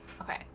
okay